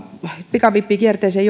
pikavippikierteeseen